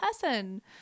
person